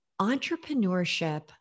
entrepreneurship